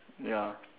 ya